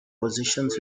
positions